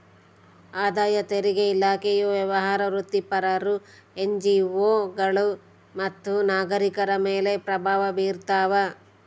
ಆದಾಯ ತೆರಿಗೆ ಇಲಾಖೆಯು ವ್ಯವಹಾರ ವೃತ್ತಿಪರರು ಎನ್ಜಿಒಗಳು ಮತ್ತು ನಾಗರಿಕರ ಮೇಲೆ ಪ್ರಭಾವ ಬೀರ್ತಾವ